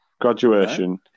graduation